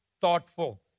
thoughtful